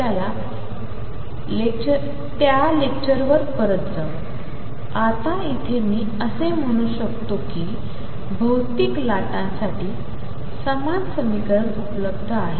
त्या लेक्चरवर परत जाऊ आता इथे मी असे मन्हू शकतो की भौतिक लाटांसाठी समान समीकरण उपलब्ध आहे